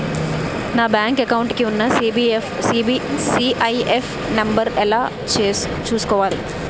నా bank account కి ఉన్న సి.ఐ.ఎఫ్ నంబర్ ఎలా చూసుకోవాలి?